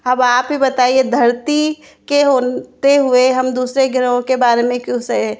अब आप ही बताइए धरती के होते हुए हम दूसरे ग्रहों के बारे में क्यों सहे